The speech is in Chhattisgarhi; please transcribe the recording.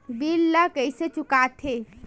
बिल ला कइसे चुका थे